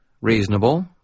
Reasonable